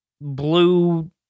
blue